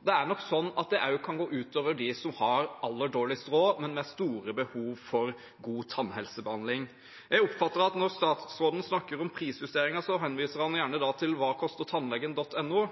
Det kan også gå ut over dem som har aller dårligst råd, men som har store behov for god tannhelsebehandling. Jeg oppfatter at når statsråden snakker om prisjusteringer, henviser han gjerne til hvakostertannlegen.no,